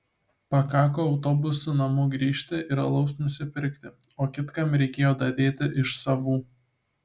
pakako autobusu namo grįžti ir alaus nusipirkti o kitkam reikėjo dadėti iš savų